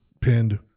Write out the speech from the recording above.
pinned